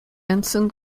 ensign